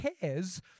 cares